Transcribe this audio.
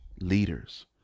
leaders